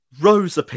Rose